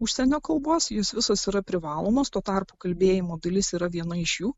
užsienio kalbos jos visos yra privalomos tuo tarpu kalbėjimo dalis yra viena iš jų